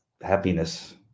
happiness